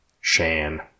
Shan